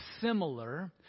similar